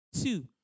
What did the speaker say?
Two